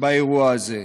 באירוע הזה,